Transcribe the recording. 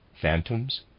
phantoms